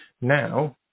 now